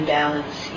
balance